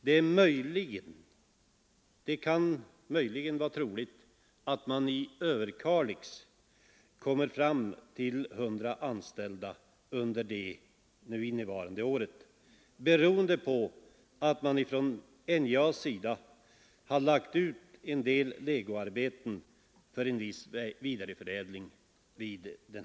Det är möjligt att man i Överkalix kommer upp till 100 anställda under innevarande år, beroende på att NJA där lagt ut en del legoarbeten för viss vidareförädling.